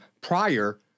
prior